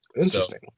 Interesting